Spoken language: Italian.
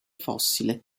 fossile